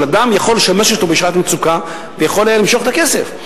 אדם יכול לשמש אותו בשעת מצוקה והוא יכול היה למשוך את הכסף.